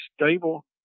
stable